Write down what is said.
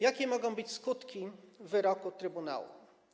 Jakie mogą być skutki wyroku Trybunału?